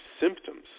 symptoms